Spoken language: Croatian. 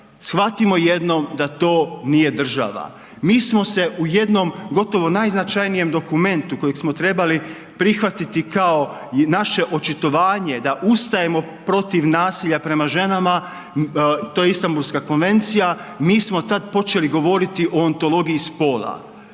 Shvatimo jednom da to nije država. Mi smo se u jednom gotovo najznačajnijem dokumentu kojeg smo trebali prihvatiti kao naše očitovanje da ustajemo protiv nasilja prema ženama, to je Istanbulska konvencija mi smo tad počeli govoriti o antologiji spola.